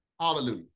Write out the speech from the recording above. Hallelujah